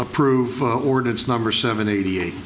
approved ordinance number seven eighty eight